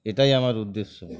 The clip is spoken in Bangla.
এটাই আমার উদ্দেশ্য